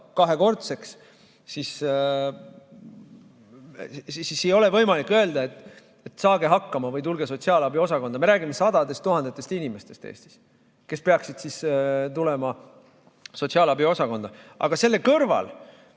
kahekordseks, siis ei ole võimalik öelda, et saage hakkama või tulge sotsiaalabiosakonda. Me räägime sadadest tuhandetest inimestest Eestis, kes peaksid tulema sotsiaalabiosakonda. Aga selle kõrval